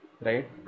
right